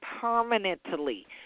permanently